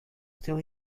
still